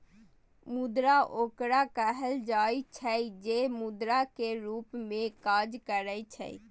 मुद्रा ओकरा कहल जाइ छै, जे मुद्रा के रूप मे काज करै छै